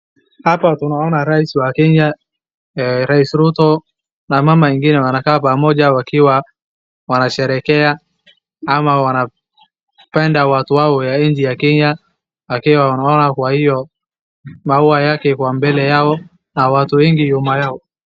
Hapa tunaona rais wa Kenya rais Ruto na mama ingine wanakaa pamoja wakiwa wanasherehekea ama wanapenda watu wao wa nchi ya Kenya. Wakiwa wanaona kwa hiyo maua yake iko mbele yao na watu wengi nyuma yao.